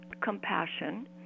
compassion